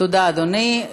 תודה, אדוני.